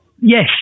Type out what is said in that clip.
Yes